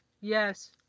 yes